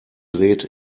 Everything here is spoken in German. dreht